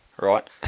right